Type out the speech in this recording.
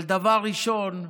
אבל דבר ראשון,